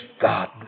God